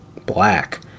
Black